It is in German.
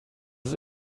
was